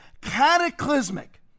cataclysmic